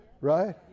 right